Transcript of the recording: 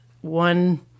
one